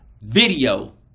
video